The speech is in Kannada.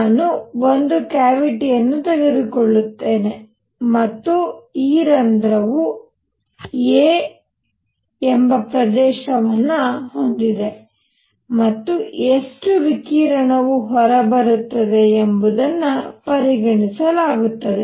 ನಾನು ಒಂದು ಕ್ಯಾವಿಟಿಯನ್ನು ತೆಗೆದುಕೊಳ್ಳುತ್ತೇನೆ ಮತ್ತು ಈ ರಂಧ್ರವು a ಪ್ರದೇಶವನ್ನು ಹೊಂದಿದೆ ಮತ್ತು ಎಷ್ಟು ವಿಕಿರಣವು ಹೊರಬರುತ್ತದೆ ಎಂಬುದನ್ನು ಪರಿಗಣಿಸಿಲಾಗುತ್ತದೆ